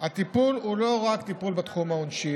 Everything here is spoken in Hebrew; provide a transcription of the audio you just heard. הטיפול הוא לא רק טיפול בתחום העונשין,